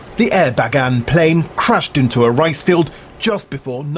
the air bagan plane crashed into a rice field just before,